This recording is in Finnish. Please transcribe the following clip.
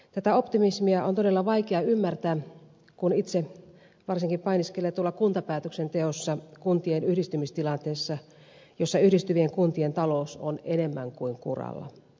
tätä optimismia on todella vaikea ymmärtää kun itse varsinkin painiskelee kuntapäätöksenteossa kuntien yhdistymistilanteessa jossa yhdistyvien kuntien talous on enemmän kuin kuralla